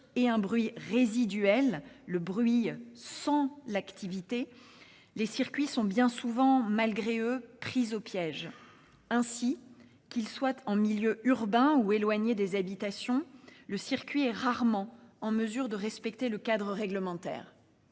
et un bruit résiduel, le bruit sans l'activité, les circuits sont bien souvent, malgré eux, pris au piège. Ainsi, qu'il soit en milieu urbain ou éloigné des habitations, le circuit est rarement en mesure de respecter le cadre réglementaire.